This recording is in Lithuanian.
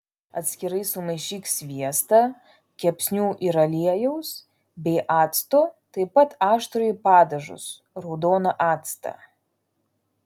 atskirai sumaišyk sviestą kepsnių ir aliejaus bei acto taip pat aštrųjį padažus raudoną actą